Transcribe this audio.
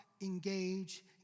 engage